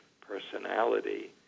personality